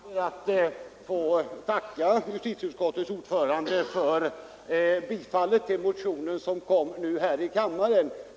Herr talman! Jag ber att få tacka justitieutskottets ordförande för det tillstyrkande av min motion som nu kom här i kammaren.